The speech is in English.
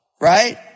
right